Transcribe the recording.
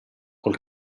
col